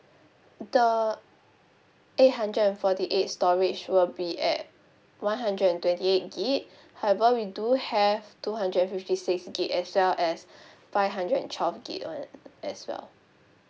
the eight hundred and forty eight storage will be at one hundred and twenty eight gig however we do have two hundred and fifty six gig as well as five hundred and twelve gig [one] as well